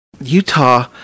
Utah